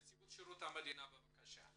נציבות שירות המדינה בבקשה.